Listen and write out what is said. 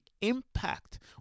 impact